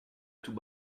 tout